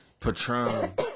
Patron